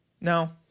Now